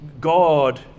God